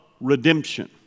redemption